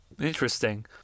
Interesting